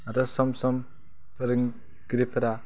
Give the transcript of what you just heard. आरो सम सम फोरोंगिरिफोरा